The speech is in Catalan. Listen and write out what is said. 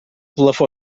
plafó